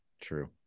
true